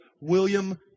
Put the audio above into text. william